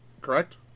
Correct